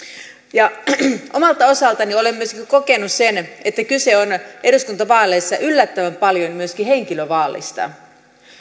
omalta osaltani olen myöskin kokenut sen että kyse on eduskuntavaaleissa yllättävän paljon myöskin henkilövaalista